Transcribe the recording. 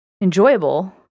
enjoyable